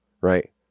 right